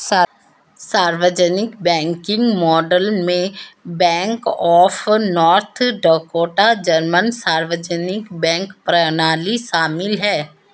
सार्वजनिक बैंकिंग मॉडलों में bank of North Dakota German सार्वजनिक बैंक प्रणाली शामिल है